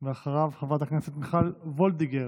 אחריו, חברת הכנסת מיכל וולדיגר.